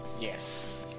Yes